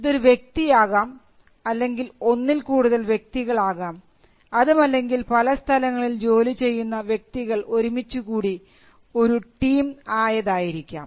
ഇതൊരു വ്യക്തി ആകാം അല്ലെങ്കിൽ ഒന്നിൽ കൂടുതൽ വ്യക്തികളാകാം അതുമല്ലെങ്കിൽ പല സ്ഥലങ്ങളിൽ ജോലി ചെയ്യുന്ന വ്യക്തികൾ ഒരുമിച്ചുകൂടി ഒരു ടീം ആയതായിരിക്കാം